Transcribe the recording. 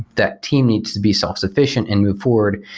that team needs to be self-sufficient and move forward,